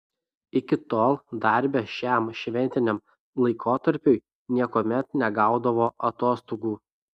iki tol darbe šiam šventiniam laikotarpiui niekuomet negaudavo atostogų